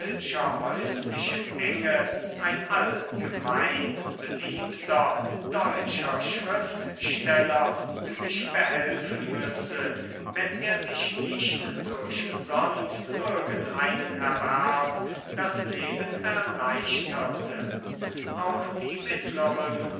häuslichen enge ein allgemein beliebter deutscher schriftsteller sich behelfen müsse wenn er sich nicht durch sonst irgend einen erwerb das leben erleichterte auch die mittleren